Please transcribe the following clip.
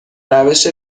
روش